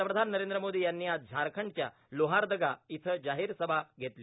पंतप्रधान नरेंद्र मोदी यांनी आज झारखंडच्या लोहारदगा इथं जाहीर सभा घेतली